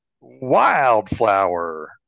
Wildflower